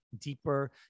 deeper